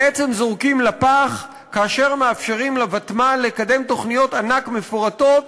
בעצם זורקים לפח כאשר מאפשרים לוותמ"ל לקדם תוכניות ענק מפורטות,